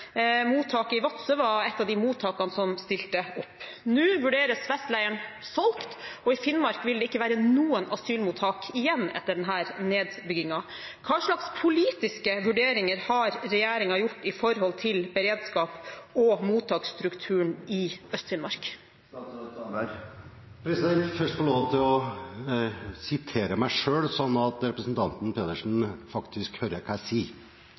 Mottaket i Vadsø var et av de mottakene som stilte opp. Nå vurderes Vestleiren solgt, og i Finnmark vil det ikke være noen asylmottak igjen etter denne nedbyggingen. Hva slags politiske vurderinger har regjeringen gjort når det gjelder beredskap og mottaksstrukturen i Øst-Finnmark? Jeg vil først få lov til å sitere meg selv, slik at representanten Pedersen faktisk hører på hva jeg sier.